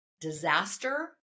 disaster